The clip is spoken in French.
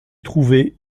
trouvait